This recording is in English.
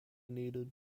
needed